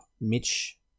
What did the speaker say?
Mitch